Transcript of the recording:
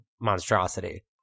monstrosity